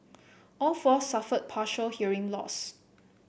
all four suffered partial hearing loss